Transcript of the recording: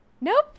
Nope